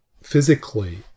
physically